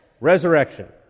resurrection